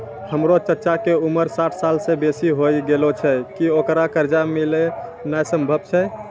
हमरो चच्चा के उमर साठ सालो से बेसी होय गेलो छै, कि ओकरा कर्जा मिलनाय सम्भव छै?